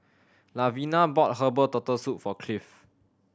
Lavina bought herbal Turtle Soup for Cliff